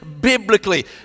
biblically